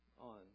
on